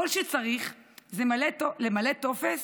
כל שצריך זה למלא טופס